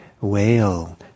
whale